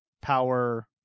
power